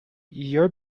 your